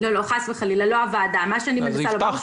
בואו נשאל